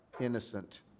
innocent